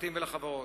לפרטיים ולחברות.